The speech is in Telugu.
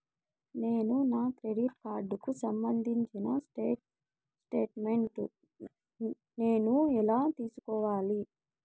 నేను నా క్రెడిట్ కార్డుకు సంబంధించిన స్టేట్ స్టేట్మెంట్ నేను ఎలా తీసుకోవాలి?